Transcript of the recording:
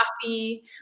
coffee